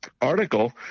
article